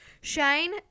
Shane